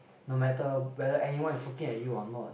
no matter whether anyone is looking at you or not